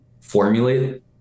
formulate